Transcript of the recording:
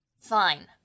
Fine